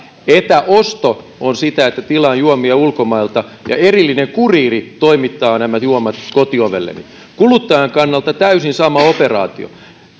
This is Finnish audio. etäosto on sitä että tilaan juomia ulkomailta ja erillinen kuriiri toimittaa nämä juomat kotiovelleni kuluttajan kannalta täysin sama operaatio